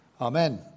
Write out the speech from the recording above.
Amen